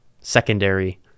secondary